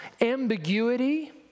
ambiguity